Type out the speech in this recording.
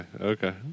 okay